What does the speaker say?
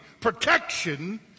protection